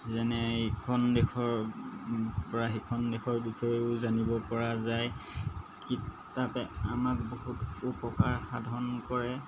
যেনে এখন দেশৰপৰা সিখন দেশৰ বিষয়েও জানিব পৰা যায় কিতাপে আমাক বহুতো উপকাৰ সাধন কৰে